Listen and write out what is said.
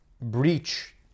breach